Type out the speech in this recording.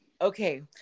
okay